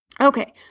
Okay